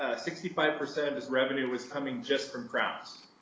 ah sixty five percent of his revenue was coming just from crowns.